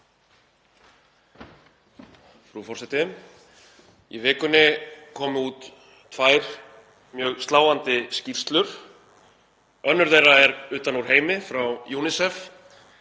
Frú forseti. Í vikunni komu út tvær mjög sláandi skýrslur. Önnur þeirra er utan úr heimi, frá UNICEF,